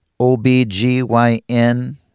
OBGYN